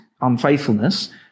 unfaithfulness